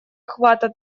охвата